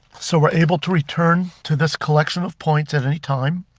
so we're able to return to this collection of points at any time.